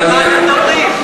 אז על מה אתם מדברים?